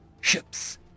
Ships